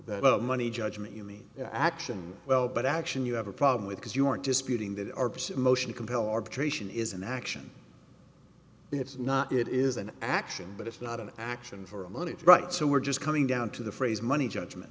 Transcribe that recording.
that money judgment you mean action well but action you have a problem with because you aren't disputing that are motion to compel arbitration is an action it's not it is an action but it's not an action for a money right so we're just coming down to the phrase money judgment